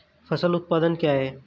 फसल उत्पादन क्या है?